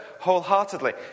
wholeheartedly